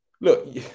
Look